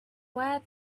where